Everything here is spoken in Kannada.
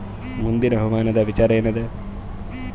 ಮುಂದಿನ ಹವಾಮಾನದ ವಿಚಾರ ಏನದ?